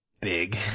big